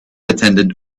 attendant